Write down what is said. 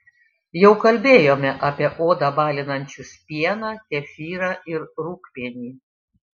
jau kalbėjome apie odą balinančius pieną kefyrą ir rūgpienį